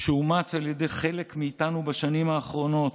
שאומץ על ידי חלק מאיתנו בשנים האחרונות,